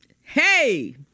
Hey